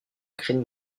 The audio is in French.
green